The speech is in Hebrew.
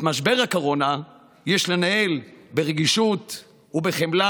את משבר הקורונה יש לנהל ברגישות ובחמלה